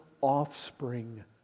offspring